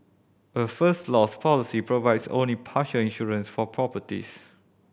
a First Loss policy provides only partial insurance for properties